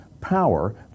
power